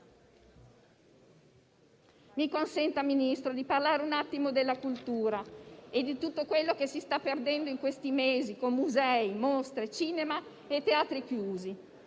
signor Ministro, di parlare della cultura e di tutto quello che si sta perdendo in questi mesi con musei, mostre, cinema e teatri chiusi.